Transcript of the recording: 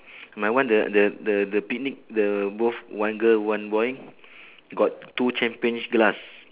my one the the the the picnic the both one girl one boy got two champagne glass